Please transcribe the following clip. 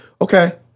Okay